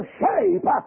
shape